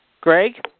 Greg